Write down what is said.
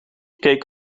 keek